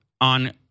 on